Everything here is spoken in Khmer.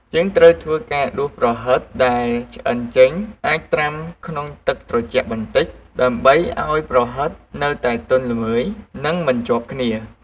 យើងត្រូវធ្វើការដួសប្រហិតដែលឆ្អិនចេញ ដាក់ត្រាំក្នុងទឹកត្រជាក់បន្តិច ដើម្បីឱ្យប្រហិតនៅតែទន់ល្មើយ និងមិនជាប់គ្នា។